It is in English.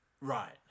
Right